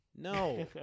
No